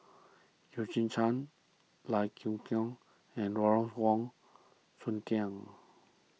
Eugene Chen Lai Kew and Lawrence Wong Shyun